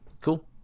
cool